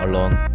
Alone